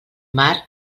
mar